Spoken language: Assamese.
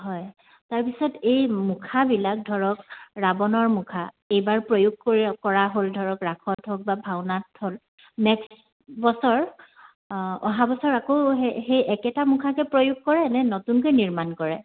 হয় তাৰপিছত এই মুখাবিলাক ধৰক ৰাৱণৰ মুখা এইবাৰ প্ৰয়োগ কৰি কৰা হ'ল ধৰক ৰাসত হওক বা ভাওনাত হ'ল নেক্সট বছৰ অহা বছৰ আকৌ সেই সেই একেটা মুখাকে প্ৰয়োগ কৰে নে নতুনকে নিৰ্মাণ কৰে